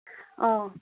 ꯑꯥꯎ